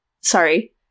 sorry